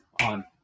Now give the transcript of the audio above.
on